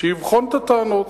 שיבחן את הטענות,